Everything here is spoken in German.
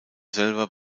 selber